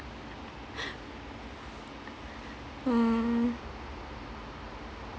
uh